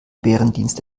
bärendienst